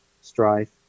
strife